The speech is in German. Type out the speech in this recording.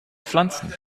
pflanzen